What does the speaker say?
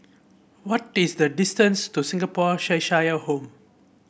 what is the distance to Singapore Cheshire Home